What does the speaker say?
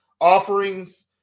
offerings